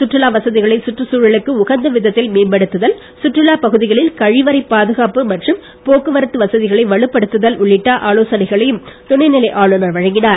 சுற்றுலா வசதிகளை சுற்றுச்சூழலுக்கு உகந்த விதத்தில் மேம்படுத்துதல் சுற்றுலா பகுதிகளில் கழிவறை பாதுகாப்பு மற்றும் போக்குவரத்து வசதிகளை வலுப்படுத்துதல் உள்ளிட்ட ஆலோசனைகளையும் துணை நிலை ஆளுநர் வழங்கினார்